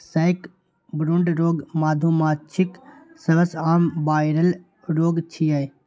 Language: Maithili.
सैकब्रूड रोग मधुमाछीक सबसं आम वायरल रोग छियै